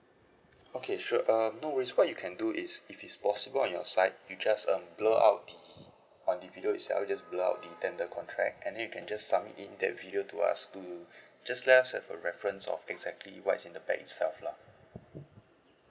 okay sure um no worries what you can do is if it's possible on your side you just um blur out the um the video itself just blurred out the tender contract and then you can just submit it that video to us to just let us have a reference of exactly what's in the bag itself lah